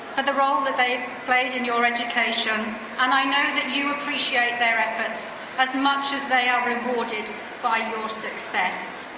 the role that they've played in your education and i know that you appreciate their efforts as much as they are rewarded by your success.